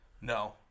No